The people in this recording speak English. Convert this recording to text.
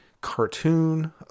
cartoon